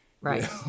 right